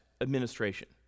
administration